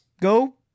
go